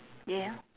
yeah